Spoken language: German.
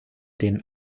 den